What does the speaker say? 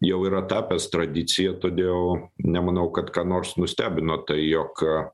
jau yra tapęs tradicija todėl nemanau kad ką nors nustebino tai jog